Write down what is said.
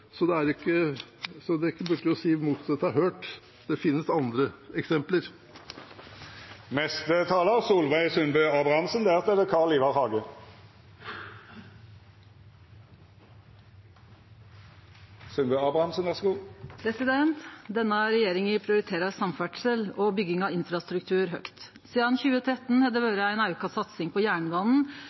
så man burde ikke si imot at det er hørt. Det finnes andre eksempler. Denne regjeringa prioriterer samferdsel og bygging av infrastruktur høgt. Sidan 2013 har det vore ei auka satsing på jernbanen